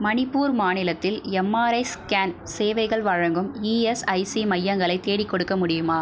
மணிப்பூர் மாநிலத்தில் MRI scan சேவைகள் வழங்கும் இஎஸ்ஐசி மையங்களை தேடிக்கொடுக்க முடியுமா